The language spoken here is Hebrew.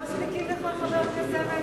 אנחנו לא מספיקים לך, חבר הכנסת זאב אלקין?